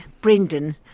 Brendan